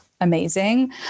amazing